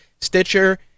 Stitcher